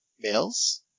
males